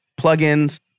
plugins